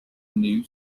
new